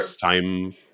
time